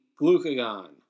glucagon